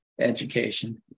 education